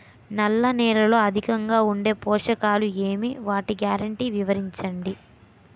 నల్ల నేలలో అధికంగా ఉండే పోషకాలు ఏవి? వాటి గ్యారంటీ వివరించండి?